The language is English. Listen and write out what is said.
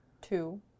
two